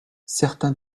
certains